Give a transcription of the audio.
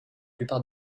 plupart